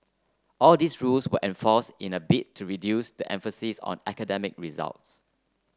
all these rules were enforced in a bid to reduce the emphasis on academic results